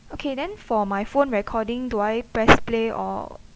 okay then for my phone recording do I press play or